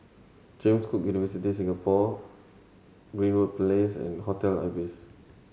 James Cook University Singapore Greenwood Place and Hotel Ibis